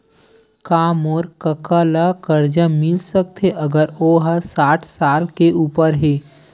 का मोर कका ला कर्जा मिल सकथे अगर ओ हा साठ साल से उपर हे?